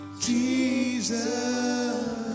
jesus